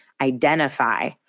identify